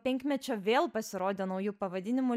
penkmečio vėl pasirodė nauju pavadinimu